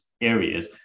areas